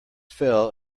fell